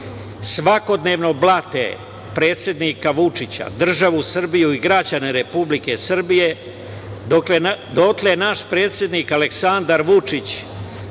svakodnevno blate predsednika Vučića, državu Srbiju i građane Republike Srbije, dotle naš predsednik Aleksandar Vučić